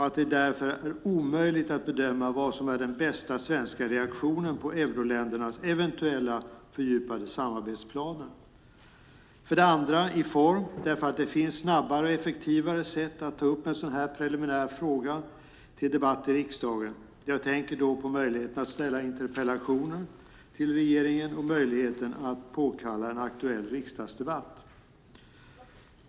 Det är därför omöjligt att bedöma vad som är den bästa svenska reaktionen på euroländernas eventuella fördjupade samarbetsplaner. För det andra är förslaget fel i form därför det finns snabbare och effektivare sätt att ta upp en sådan här preliminär fråga till debatt i riksdagen. Jag tänker då på möjligheten att ställa interpellationer till regeringen, och möjligheten att påkalla en aktuell riksdagsdebatt.